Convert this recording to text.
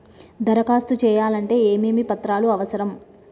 దరఖాస్తు చేయాలంటే ఏమేమి పత్రాలు అవసరం?